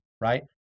right